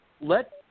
let